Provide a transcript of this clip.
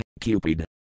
Cupid